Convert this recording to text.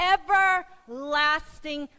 everlasting